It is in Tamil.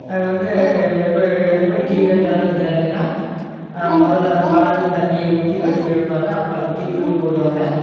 அது வந்து இப்போ எப்படி டீ வைக்கறன்னு கேட்டிங்கன்னா முதல்ல பாலு தண்ணியை ஊற்றி கொதிக்க வைப்பாங்க அப்புறம் டீத்தூள் போடுவாங்க